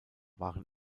waren